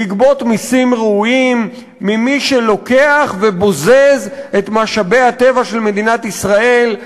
לגבות מסים ראויים ממי שלוקח ובוזז את משאבי הטבע של מדינת ישראל,